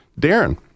Darren